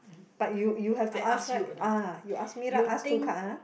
but you you have to ask right ah you ask me lah ask two card ah